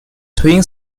twin